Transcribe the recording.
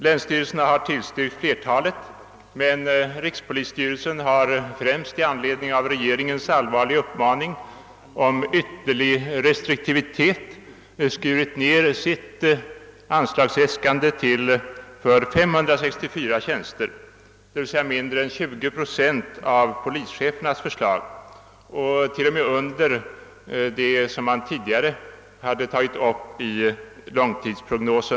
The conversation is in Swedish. Länsstyrelserna har tillstyrkt flertalet men rikspolisstyrelsen har, främst i anledning av regeringens allvarliga uppmaning om ytterlig restriktivitet, skurit ned sitt anslagsäskande till 564 tjänster, d.v.s. mindre än 20 procent av vad polischeferna har föreslagit och till och med mindre än det som tidigare angivits i styrelsens långtidsprognos.